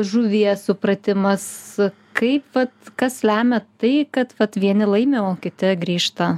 žuvies supratimas kaip vat kas lemia tai kad vat vieni laimi o kiti grįžta